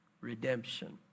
redemption